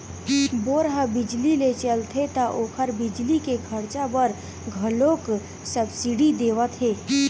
bore ह बिजली ले चलथे त ओखर बिजली के खरचा बर घलोक सब्सिडी देवत हे